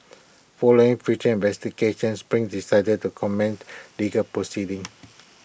following future investigations spring decided to commence legal proceedings